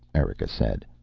erika said.